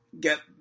get